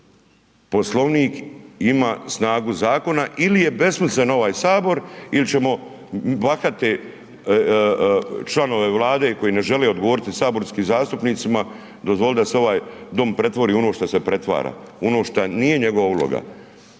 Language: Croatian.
Poslovnik ima snagu zakona ili je besmislen ovaj Sabor ili ćemo bahate članove Vlade koji ne žele odgovoriti saborskim zastupnicima dozvoliti da se ovaj Dom pretvori u ono što se pretvara u ono što nije njegova uloga.